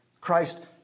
Christ